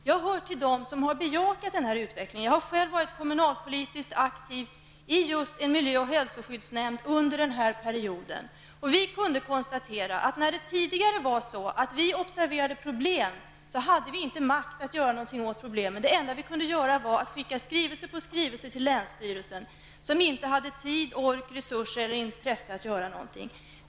Jag hör till dem som har bejakat denna utveckling. Jag har själv varit kommunalpolitiskt aktiv i just en miljö och hälsoskyddsnämnd under den här perioden. När vi tidigare observerade problem hade vi inte makt att göra någonting åt problemen. Det enda vi kunde göra var att skicka skrivelse på skrivelse till länsstyrelsen, som inte hade tid, ork, resurser eller intresse att göra någonting.